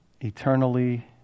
eternally